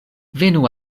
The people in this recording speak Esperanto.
venu